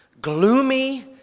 gloomy